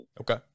Okay